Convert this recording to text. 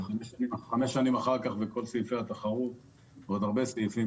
חמש שנים אחר כך וכל סעיפי התחרות ועוד הרבה סעיפים